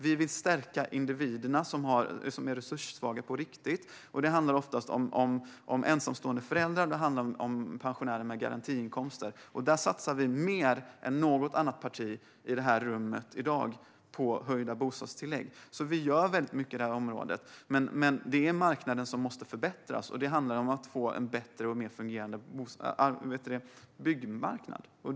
Vi vill stärka de individer som är resurssvaga på riktigt. Det handlar oftast om ensamstående föräldrar och om pensionärer med garantiinkomster, och där satsar vi mer på höjda bostadstillägg än något annat parti i detta rum i dag. Vi gör alltså väldigt mycket på det här området, men det är marknaden som måste förbättras. Det handlar om att få en bättre och mer fungerande byggmarknad.